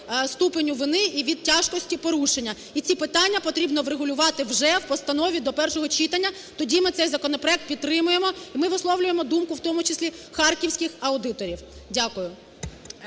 ступеню вини і від тяжкості порушення. І ці питання потрібно врегулювати вже в постанові до першого читання, тоді ми цей законопроект підтримаємо. І ми висловлюємо думку в тому числі харківських аудиторів. Дякую.